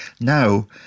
Now